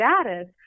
status